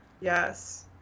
Yes